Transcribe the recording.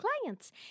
clients